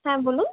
হ্যাঁ বলুন